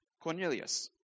Cornelius